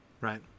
right